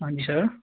ਹਾਂਜੀ ਸਰ